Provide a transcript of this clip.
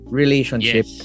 relationship